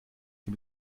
sie